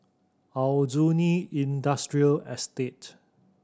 Aljunied Industrial Estate